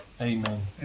Amen